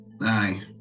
Aye